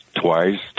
twice